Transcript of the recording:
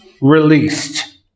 Released